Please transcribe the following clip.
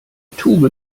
tube